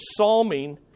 psalming